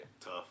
Tough